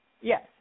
Yes